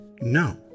No